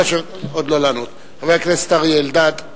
חבר הכנסת אריה אלדד.